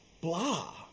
blah